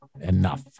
enough